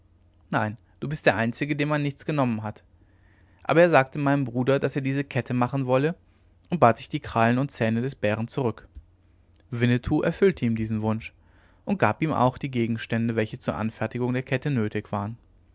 nein du bist der einzige dem man nichts genommen hat aber er sagte meinem bruder daß er diese kette machen wolle und bat sich die krallen und zähne des bären zurück winnetou erfüllte ihm diesen wunsch und gab ihm auch die gegenstände welche zur anfertigung der kette nötig waren